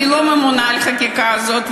אני לא ממונה על החקיקה הזאת,